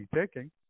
taking